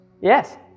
yes